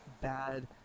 bad